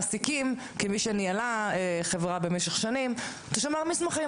מעסיקים כמי שניהלה חברה במשך שנים אתה שומר מסמכים.